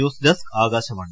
news desk Akashvani